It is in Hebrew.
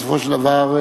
בסופו של דבר,